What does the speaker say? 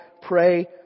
pray